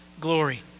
glory